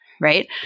right